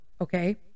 Okay